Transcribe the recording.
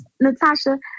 Natasha